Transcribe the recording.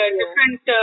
different